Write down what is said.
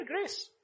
grace